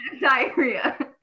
diarrhea